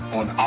on